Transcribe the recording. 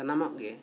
ᱥᱟᱱᱟᱢᱟᱜ ᱜᱮ